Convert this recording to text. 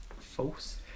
False